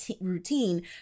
routine